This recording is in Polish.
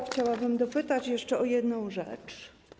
Chciałabym dopytać o jeszcze jedną rzecz.